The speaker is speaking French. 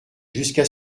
jusqu’à